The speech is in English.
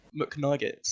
McNuggets